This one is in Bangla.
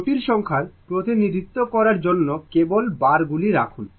জটিল সংখ্যার প্রতিনিধিত্ব করার জন্য কেবল বারগুলি রাখুন